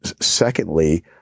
Secondly